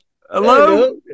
Hello